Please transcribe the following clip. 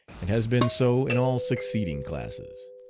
and has been so in all succeeding classes.